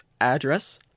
address